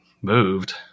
moved